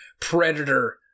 Predator